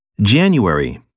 January